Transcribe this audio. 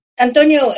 antonio